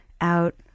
out